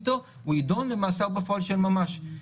הוא יידון למאסר בפועל של ממש.